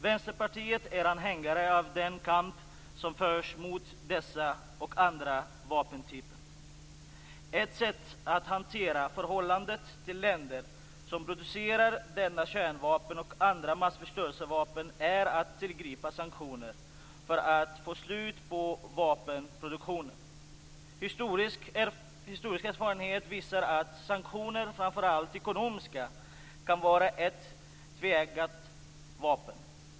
Vänsterpartiet är anhängare av den kamp som förs mot dessa och andra vapentyper. Ett sätt att hantera förhållandet till länder som producerar kärnvapen och andra massförstörelsevapen är att tillgripa sanktioner för att få slut på vapenproduktionen. Historiska erfarenheter visar att sanktioner, och framför allt ekonomiska sådana, kan vara ett tveeggat vapen.